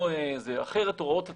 אחרת הוראות התכ"ם,